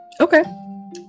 Okay